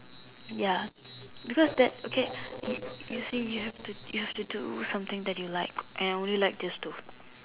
ya because that okay you you see you have you have to do something that you like and I only like this two